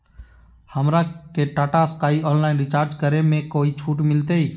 हमरा के Tata Sky online recharge करे में कोई छूट मिलतई